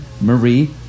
Marie